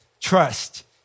trust